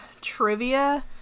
trivia